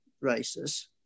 races